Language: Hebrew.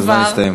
כי הזמן הסתיים.